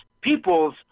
peoples